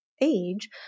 age